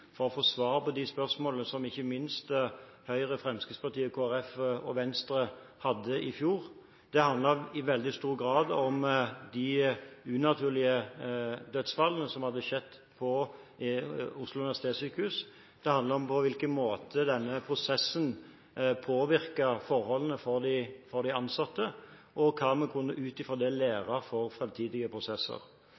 ikke minst Høyre, Fremskrittspartiet, Kristelig Folkeparti og Venstre hadde i fjor. Det handlet i veldig stor grad om de unaturlige dødsfallene som hadde skjedd på Oslo universitetssykehus. Det handlet om på hvilken måte denne prosessen påvirket forholdene for de ansatte, og hva vi ut fra det kunne lære for framtidige prosesser. Det